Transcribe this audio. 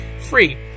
free